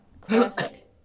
Classic